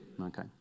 Okay